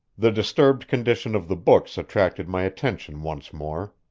the disturbed condition of the books attracted my attention once more.